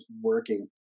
working